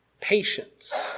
patience